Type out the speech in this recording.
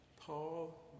Paul